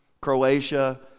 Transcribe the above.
Croatia